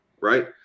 right